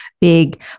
big